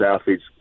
athletes